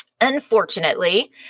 Unfortunately